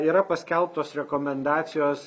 yra paskelbtos rekomendacijos